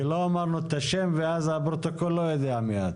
כי לא אמרנו את השם ואז הפרוטוקול לא יודע מי את.